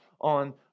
on